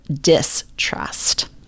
distrust